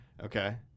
Okay